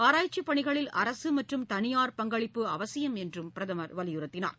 ஆராய்ச்சிப் பணிகளில் அரசு மற்றும் தனியார் பங்களிப்பு அவசியம் என்றும் பிரதமர் வலியுறுத்தினார்